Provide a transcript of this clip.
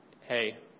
hey